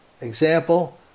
Example